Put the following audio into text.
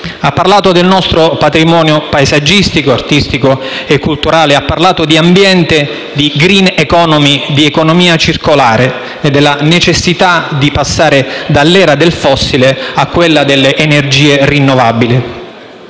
Ha parlato del nostro patrimonio paesaggistico, artistico e culturale. Ha parlato di ambiente, *green economy* e di economia circolare, nonché della necessità di passare dall'era del fossile a quella delle energie rinnovabili.